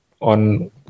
on